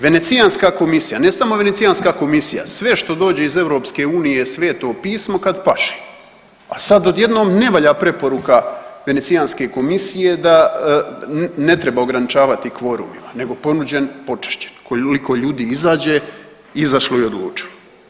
Venecijanska komisija, ne samo Venecijanska komisija, sve što dođe iz EU je sveto pismo kad paše, a sad odjednom ne valja preporuka Venecijanske komisije da ne treba ograničavati kvorumima nego ponuđen počašćen, koliko ljudi izađe izašlo je i odlučilo.